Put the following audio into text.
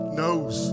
knows